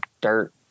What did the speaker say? dirt